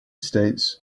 states